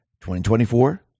2024